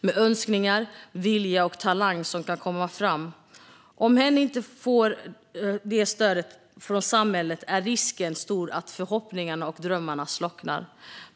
med önskningar, vilja och talang som kan komma fram. Om hen inte får stöd från samhället är risken stor att förhoppningarna och drömmarna slocknar.